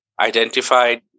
identified